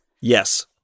yes